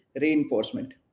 reinforcement